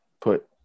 put